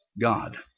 God